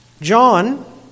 John